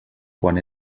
quan